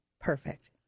Perfect